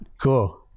Cool